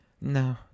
No